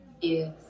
Yes